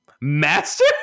Master